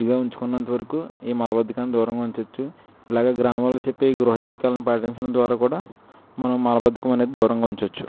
శుద్ధిగా ఉంచుకున్నంత వరకు ఈ మలబద్ధకాన్ని దూరంగా ఉంచవచ్చు అలాగే గ్రామాలు చెప్పే గృహ చిట్కాలను పాటించడం ద్వారా కూడా మనం మలబద్ధకం అనేది దూరంగా ఉంచవచ్చు